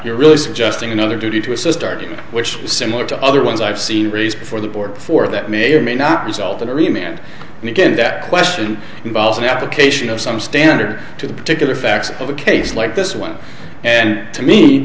you're really suggesting another duty to assist argument which is similar to other ones i've seen raised before the board before that may or may not result in every man and again that question involves an application of some standard to the particular facts of a case like this one and to me